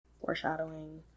Foreshadowing